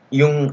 yung